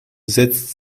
setzt